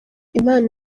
impano